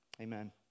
Amen